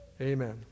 Amen